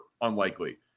unlikely